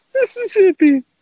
Mississippi